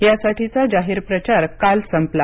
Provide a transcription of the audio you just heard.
यासाठीचा जाहीर प्रचार काल संपला